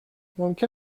ممکن